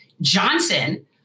Johnson